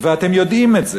ואתם יודעים את זה.